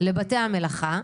לבתי המלאכה,